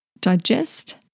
digest